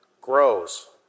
grows